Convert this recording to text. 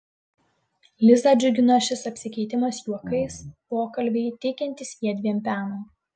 lizą džiugino šis apsikeitimas juokais pokalbiai teikiantys jiedviem peno